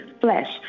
flesh